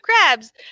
crabs